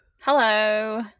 Hello